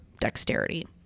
dexterity